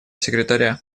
секретаря